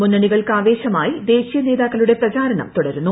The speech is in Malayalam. മുന്നണികൾക്കാവേശമായി ദേശീയ നേതാക്കളുടെ പ്രചാരണം തുടരുന്നു